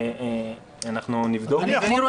אנחנו נבדוק את זה.